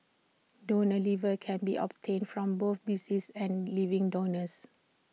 donor livers can be obtained from both deceased and living donors